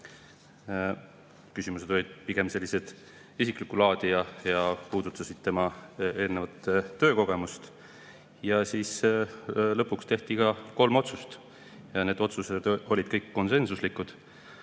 Küsimused olid pigem sellised isiklikku laadi ja puudutasid tema eelnevat töökogemust. Ja siis lõpuks tehti kolm otsust. Need otsused olid kõik konsensuslikud.